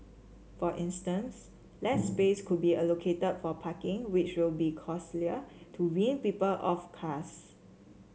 for instance less space could be allocated for parking which will be costlier to wean people off cars